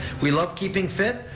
we love keeping fit,